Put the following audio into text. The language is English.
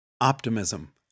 Optimism